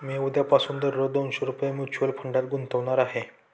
मी उद्यापासून दररोज दोनशे रुपये म्युच्युअल फंडात गुंतवणार आहे